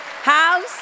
house